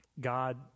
god